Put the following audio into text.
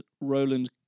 Roland